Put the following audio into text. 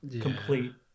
complete